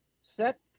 set